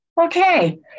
Okay